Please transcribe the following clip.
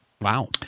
Wow